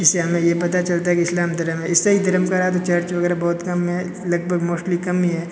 इससे हमें यह पता चलता है कि इस्लाम धर्म है ईसाई धर्म का रहा तो चर्च वग़ैरह बहुत कम है लगभग मोस्टली कम ही है